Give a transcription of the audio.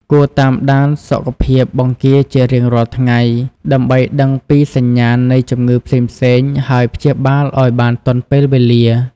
គួរតាមដានសុខភាពបង្គាជារៀងរាល់ថ្ងៃ ដើម្បីដឹងពីសញ្ញាណនៃជំងឺផ្សេងៗ ហើយព្យាបាលឲ្យបានទាន់ពេលវេលា។